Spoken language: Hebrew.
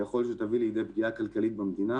ויכול שתביא לידי פגיעה כלכלית במדינה,